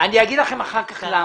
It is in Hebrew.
לכם אחר כך למה.